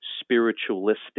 spiritualistic